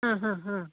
ಹಾಂ ಹಾಂ ಹಾಂ